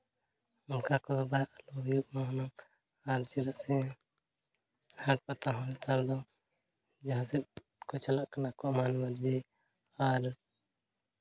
ᱚᱱᱠᱟ ᱠᱚ ᱦᱩᱭᱩᱜᱼᱟ ᱦᱩᱱᱟᱹᱝ ᱟᱨ ᱪᱮᱫᱟᱜ ᱥᱮ ᱦᱟᱴ ᱯᱟᱛᱟ ᱦᱚᱸ ᱱᱮᱛᱟᱨ ᱫᱚᱡᱟᱦᱟᱸ ᱥᱮᱫ ᱠᱚ ᱪᱟᱞᱟᱜ ᱠᱟᱱᱟ ᱠᱚ ᱟᱠᱚᱣᱟᱜ ᱢᱚᱱ ᱢᱚᱨᱡᱤ ᱟᱨ